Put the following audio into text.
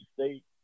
State